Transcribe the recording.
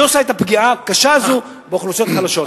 היא עושה את הפגיעה הקשה הזו באוכלוסיות החלשות.